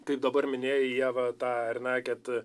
kaip dabar minėjo ieva tą ar ne kad